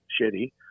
shitty